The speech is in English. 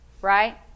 right